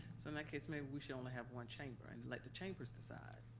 so in that case, maybe we should only have one chamber and let the chambers decide.